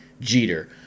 Jeter